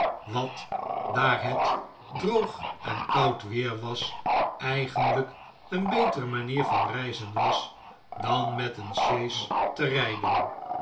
wat daar het droog en koud weer was eigenlijk een betere manier van reizen was dan met een sjees te rijden